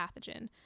pathogen